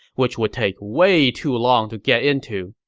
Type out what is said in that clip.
which would take way too long to get into.